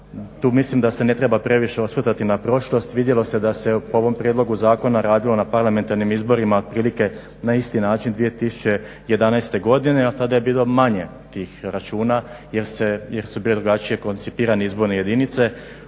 Tu mislim da se ne treba previše osvrtati na prošlost, vidjelo se da se po ovom prijedlogu zakona radilo na parlamentarnim izborima otprilike na isti način 2011. godine. Od tada je bilo manje tih računa jer su bile drugačije koncipirane izborne jedinice